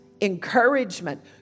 encouragement